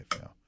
now